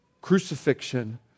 crucifixion